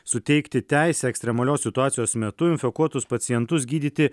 suteikti teisę ekstremalios situacijos metu infekuotus pacientus gydyti